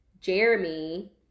Jeremy